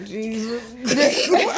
Jesus